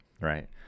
right